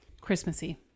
Christmassy